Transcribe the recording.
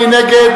מי נגד?